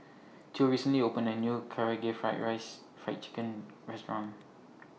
Theo recently opened A New Karaage Fried Rice Fried Chicken Restaurant